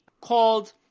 called